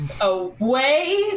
away